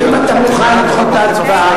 אני מוכן לדחות את ההצבעה.